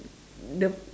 the